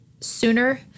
sooner